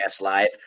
live